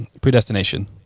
predestination